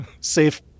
safe